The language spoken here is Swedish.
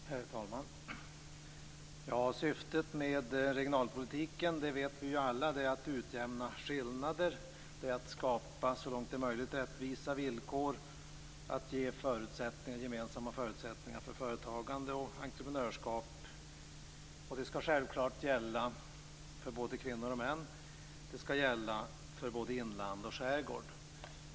Herr talman! Syftet med regionalpolitiken känner vi alla till. Det är att utjämna skillnader, att så långt det är möjligt skapa rättvisa villkor, att ge gemensamma förutsättningar för företagande och entreprenörskap. Detta skall gälla för både kvinnor och män, för både inland och skärgård.